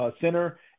center